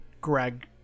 Greg